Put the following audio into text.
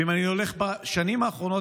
ואם אני הולך לשנים האחרונות,